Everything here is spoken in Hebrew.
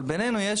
אבל בינינו יש